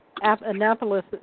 Annapolis